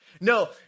No